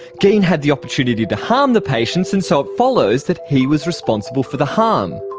geen had the opportunity to harm the patients and so it follows that he was responsible for the harm.